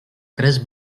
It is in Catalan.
tres